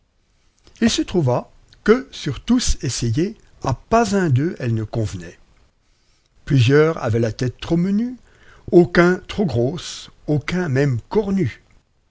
il se trouva que sur tous essayée a pas un d'eux elle ne convenait plusieurs avaient la tête trop menue aucuns trop grosse aucuns même cornue